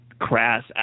crass